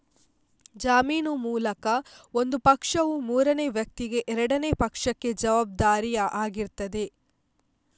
ಜಾಮೀನು ಮೂಲಕ ಒಂದು ಪಕ್ಷವು ಮೂರನೇ ವ್ಯಕ್ತಿಗೆ ಎರಡನೇ ಪಕ್ಷಕ್ಕೆ ಜವಾಬ್ದಾರಿ ಆಗಿರ್ತದೆ